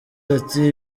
ati